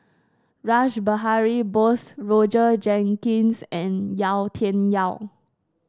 Rash Behari Bose Roger Jenkins and Yau Tian Yau